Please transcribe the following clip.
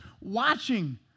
watching